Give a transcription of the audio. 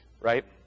right